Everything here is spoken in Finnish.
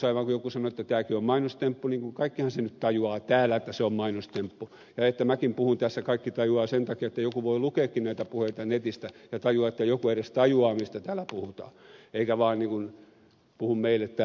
aivan kuten joku sanoi että tämäkin on mainostemppu niin kaikkihan sen nyt tajuavat täällä että se on mainostemppu ja minäkin puhun tässä kaikki tajuavat sen takia että joku voi lukeakin näitä puheita netistä ja tajuaa että joku edes tajuaa mistä täällä puhutaan eikä vaan puhuta täällä toisillemme